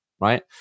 right